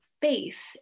face